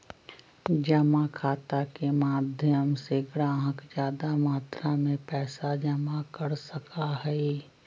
जमा खाता के माध्यम से ग्राहक ज्यादा मात्रा में पैसा जमा कर सका हई